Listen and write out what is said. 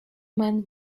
man